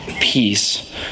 peace